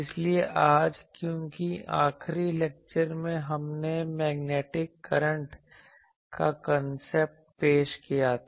इसलिए आज क्योंकि आखिरी लेक्चर में हमने मैग्नेटिक करंट का कांसेप्ट पेश किया था